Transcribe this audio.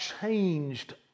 changed